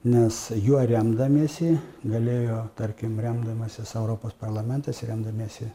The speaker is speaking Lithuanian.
nes juo remdamiesi galėjo tarkim remdamasis europos parlamentas remdamiesi